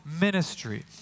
ministry